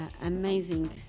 amazing